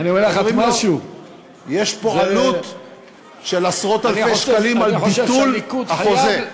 אומרים לו: יש פה עלות של עשרות-אלפי שקלים על ביטול החוזה.